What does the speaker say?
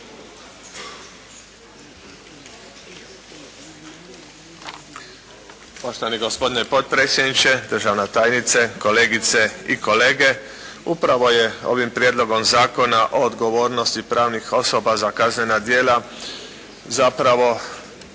Poštovani gospodine potpredsjedniče, državna tajnice, kolegice i kolege. Upravo je ovim Prijedlogom zakona o odgovornosti pravnih osoba za kaznena djela zapravo